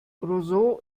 roseau